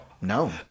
No